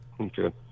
Okay